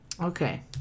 Okay